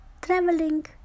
Traveling